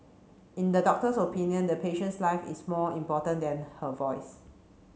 in the doctor's opinion the patient's life is more important than her voice